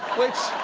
which,